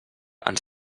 ens